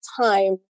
time